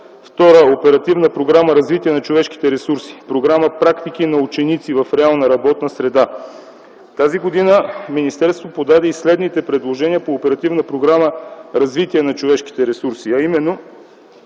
Оперативна програма „Развитие на човешките ресурси”; Програма „Практики на ученици в реална работна среда”. Тази година министерството подаде следните предложения по Оперативна програма „Развитие на човешките ресурси”, а именно: